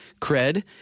Cred